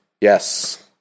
Yes